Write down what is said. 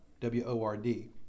W-O-R-D